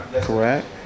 Correct